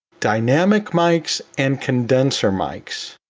dynamic mics and condenser mics.